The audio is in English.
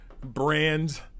brand